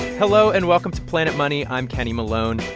hello, and welcome to planet money. i'm kenny malone.